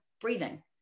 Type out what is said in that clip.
breathing